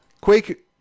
Quake